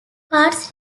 parts